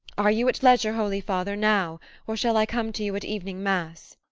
are you at leisure, holy father, now or shall i come to you at evening mass?